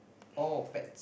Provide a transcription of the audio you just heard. or pets